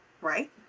right